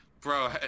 bro